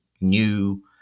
new